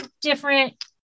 different